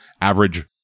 average